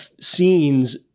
scenes